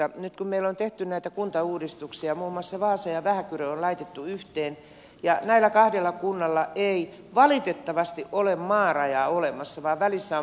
nyt meillä on tehty näitä kuntauudistuksia muun muassa vaasa ja vähäkyrö on laitettu yhteen ja näillä kahdella kunnalla ei valitettavasti ole maarajaa olemassa vaan välissä on mustasaaren kunta